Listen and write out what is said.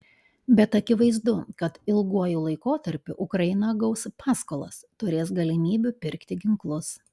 bet akivaizdu kad ilguoju laikotarpiu ukraina gaus paskolas turės galimybių pirkti ginklus